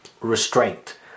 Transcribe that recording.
restraint